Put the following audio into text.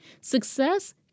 Success